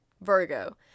Virgo